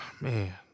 man